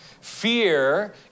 Fear